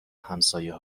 همسایه